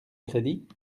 crédit